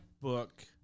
book